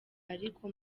ariko